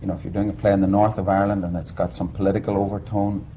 if you're doing a play in. the north of ireland and it's got some political overtone,